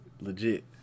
legit